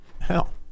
hell